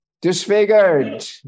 disfigured